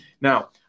Now